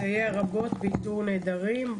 מסייע רבות באיתור נעדרים.